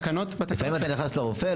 לפעמים אתה נכנס לרופא,